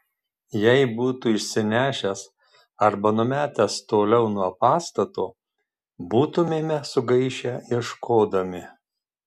jei būtų išsinešęs arba numetęs toliau nuo pastato būtumėme sugaišę ieškodami